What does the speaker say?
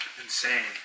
insane